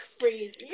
crazy